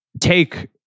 take